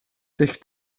dull